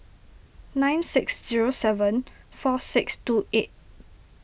nine six zero seven four six two eight